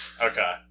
Okay